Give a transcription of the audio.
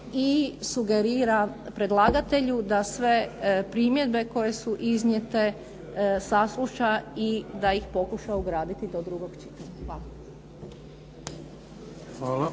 i sugerira predlagatelju da sve primjedbe koje su iznijete sasluša i da ih pokuša ugraditi do 2. čitanja. Hvala.